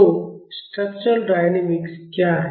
तो structural dynamics क्या है